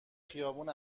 خیابون